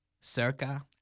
Circa